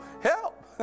Help